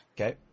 Okay